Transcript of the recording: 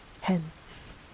Hence